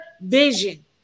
vision